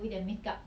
ya